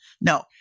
No